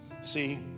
See